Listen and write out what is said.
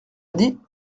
dit